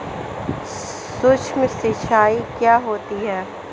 सुक्ष्म सिंचाई क्या होती है?